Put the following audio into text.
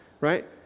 right